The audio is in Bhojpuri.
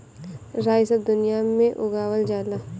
राई सब दुनिया में उगावल जाला